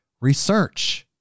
research